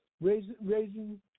raising